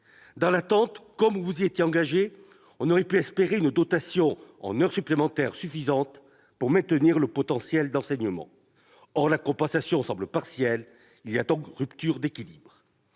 En attendant, comme vous vous y étiez engagé, on aurait pu espérer une dotation en heures supplémentaires suffisante pour maintenir le potentiel d'enseignement. Or la compensation semble partielle. Il y a donc rupture d'équilibre.